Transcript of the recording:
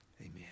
Amen